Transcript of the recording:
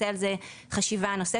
והיא כן ביקשה שנעשה על זה חשיבה נוספת,